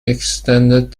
extended